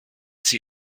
sie